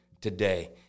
today